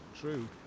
True